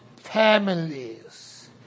families